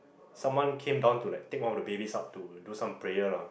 someone came down to like take one of the babies up to do some prayer lah